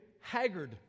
Haggard